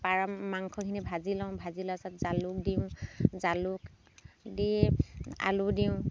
পাৰ মা মাংসখিনি ভাজি লওঁ ভাজি লোৱা পিছত জালুক দিওঁ জালুক দি আলু দিওঁ